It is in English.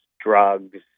drugs